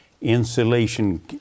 insulation